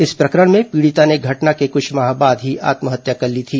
इस प्रकरण में पीड़िता ने घटना के कुछ माह बाद ही आत्महत्या कर ली थी